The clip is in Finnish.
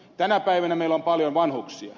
tänä päivänä meillä on paljon vanhuksia